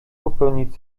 popełnić